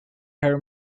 her